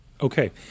Okay